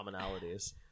commonalities